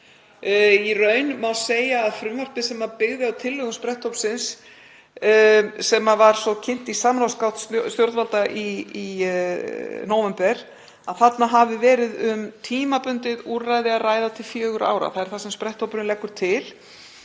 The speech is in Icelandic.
Í raun má segja um frumvarpið sem byggði á tillögum spretthópsins, sem var svo kynnt í samráðsgátt stjórnvalda í nóvember, að um hafi verið að ræða tímabundið úrræði til fjögurra ára. Það er það sem spretthópurinn leggur til.